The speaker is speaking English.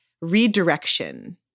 redirection